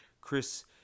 Chris